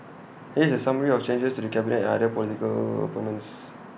here is the summary of changes to the cabinet and other political appointments